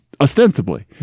Ostensibly